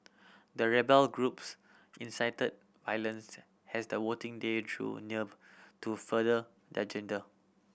the rebel groups incited has the voting day drew near to further their agenda